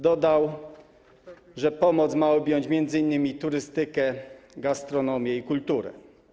Dodał, że pomoc ma objąć m.in. turystykę, gastronomię i kulturę.